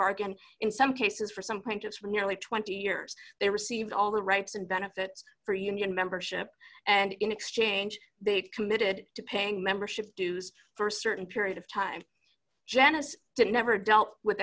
bargain in some cases for some plaintiff for nearly twenty years they received all the rights and benefits for union membership and in exchange they committed to paying membership dues for a certain period of time janice did never dealt with